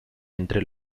entre